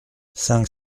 cinq